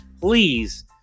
please